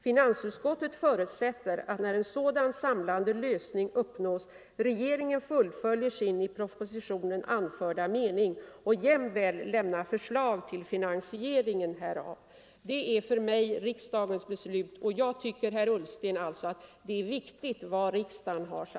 Finansutskottet förutsätter att när en sådan samlande lösning uppnås, regeringen fullföljer sin i propositionen anförda mening och jämväl lämnar förslag till finansieringen härav.” Det är för mig riksdagens beslut. Jag tycker alltså, herr Ullsten, att det är viktigt vad riksdagen har sagt.